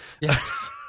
Yes